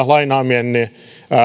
lainaamieni